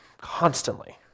constantly